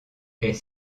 est